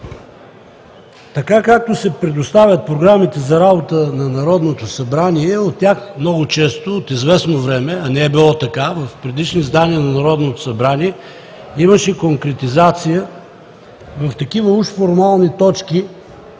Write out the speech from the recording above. така както се предоставят програмите за работа на Народното събрание, от тях много често от известно време, а не е било така в предишни издания на Народното събрание имаше конкретизация. В такива уж формални точки,